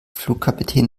flugkapitän